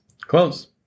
Close